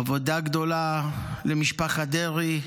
אבדה גדולה למשפחת דרעי,